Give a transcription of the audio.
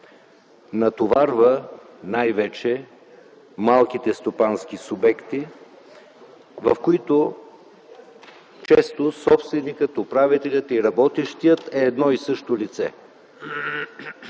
натоварва най-вече малките стопански субекти, в които често собственикът, управителят и работещият е едно и също лице.